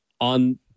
on